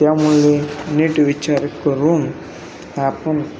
त्यामुळे नीट विचार करून आपण